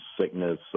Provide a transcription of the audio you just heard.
sickness